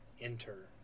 enter